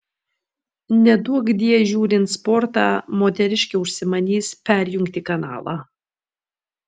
neduokdie žiūrint sportą moteriškė užsimanys perjungti kanalą